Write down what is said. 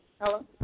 Hello